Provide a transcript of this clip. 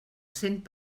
cent